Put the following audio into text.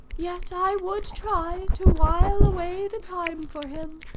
yet i would try to while away the time for him.